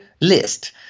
list